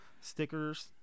stickers